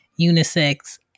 unisex